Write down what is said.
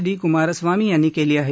D Kumaraswamy यांनी केली आहे